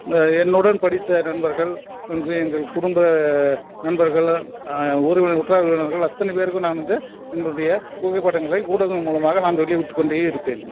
என்னுடன் படித்த நண்பர்கள் எங்கள் எங்கள் குடும்ப நண்பர்கள் ஒருமை உற்றார் உறவினர்கள் அத்தனை பேருக்கும் நான் வந்து என்னுடைய புகைப்படங்களை ஊடகம் மூலமாக நான் வெளியிட்டுக்கொண்டே இருப்பேன்